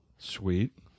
Sweet